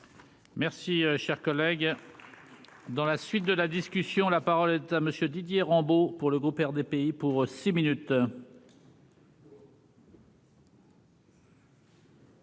Merci, cher collègue, dans la suite de la. Question : la parole est à monsieur Didier Rambaud pour le groupe RDPI pour six minutes.